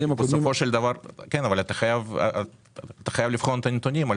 אתה חייב לבחון את הנתונים.